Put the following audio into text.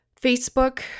Facebook